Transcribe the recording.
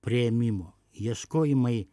priėmimo ieškojimai